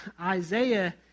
Isaiah